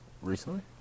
recently